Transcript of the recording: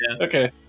okay